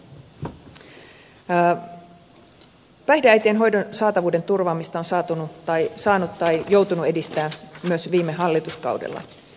päihdeäitien hoidon saatavuuden turvaamista on saanut edistää tai joutunut edistämään myös viime hallituskaudella